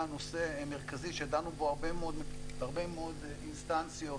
נושא מרכזי שדנו בו בהרבה מאוד אינסטנציות,